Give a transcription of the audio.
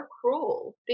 cruel